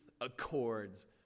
accords